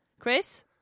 Chris